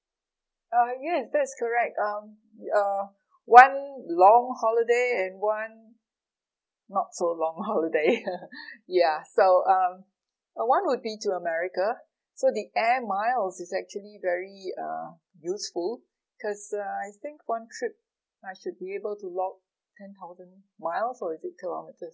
uh yes that's correct um uh one long holiday and one not so long holiday ya so um uh one would be to america so the air miles is actually very uh useful cause I think one trip I should be able to lock in thousand miles or is it kilometres